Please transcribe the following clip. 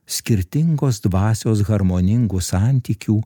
skirtingos dvasios harmoningų santykių